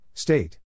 State